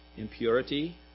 impurity